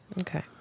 Okay